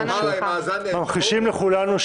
הוא אמר "מאזן דמוגרפי"?